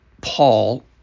Paul